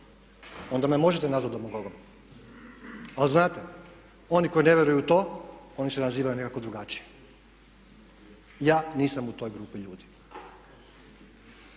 onda me možete nazvati demagogom. Ali znate, oni koji ne vjeruju u to oni se nazivaju nekako drugačije. Ja nisam u toj grupi ljudi.